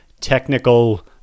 technical